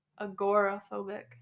agoraphobic